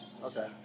Okay